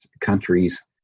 countries